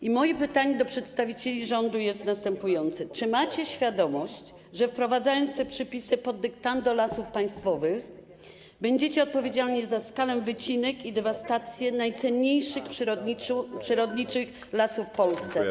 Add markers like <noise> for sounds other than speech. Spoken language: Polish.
I moje pytanie do przedstawicieli rządu jest następujące: Czy macie świadomość, że wprowadzając te przepisy pod dyktando Lasów Państwowych będziecie odpowiedzialni za skalę wycinek i dewastację najcenniejszych przyrodniczych obszarów, lasów <noise> w Polsce?